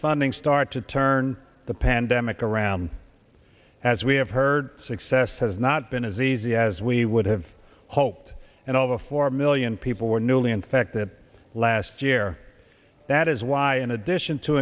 funding start to turn the pandemic around as we have heard success has not been as easy as we would have hoped and over four million people were newly infected last year that is why in addition to